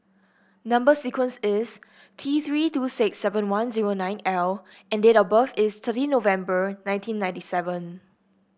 number sequence is T Three two six seven one zero nine L and date of birth is thirty November nineteen ninety seven